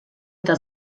eta